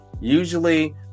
Usually